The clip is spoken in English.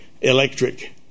electric